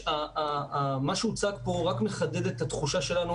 מה שהוצג פה רק מחדד את התחושה שלנו